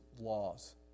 laws